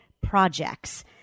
Projects